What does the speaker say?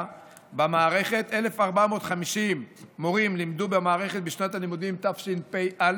במערכת: 1,450 מורים לימדו במערכת בשנת תשפ"א,